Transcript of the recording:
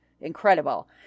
incredible